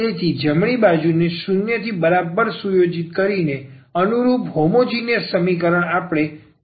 તેથી આ જમણી બાજુને 0 ની બરાબર સુયોજિત કરીને અનુરૂપ હોમોજીનીયસ સમીકરણ આપણે જોઈ શકીએ છીએ